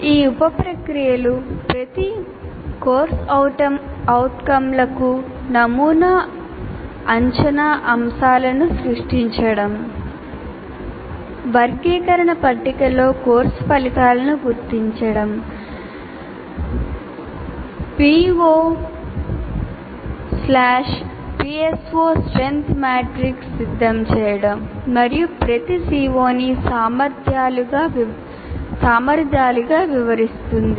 ఈ ఉప ప్రక్రియలు ప్రతి CO లకు నమూనా అంచనా అంశాలను సృష్టించడం వర్గీకరణ పట్టికలో కోర్సు ఫలితాలను గుర్తించడం PO PSO strength matrix సిద్ధం చేయడం మరియు ప్రతి CO ని సామర్థ్యాలుగా వివరిస్తుంది